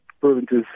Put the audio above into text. provinces